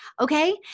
Okay